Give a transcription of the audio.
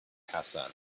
hassan